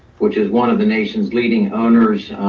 which is one of the nation's leading owners,